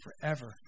forever